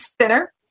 center